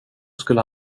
skulle